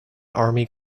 army